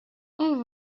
اون